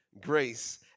grace